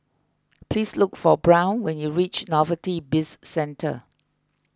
please look for Brown when you reach Novelty Bizcentre